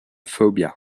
phobia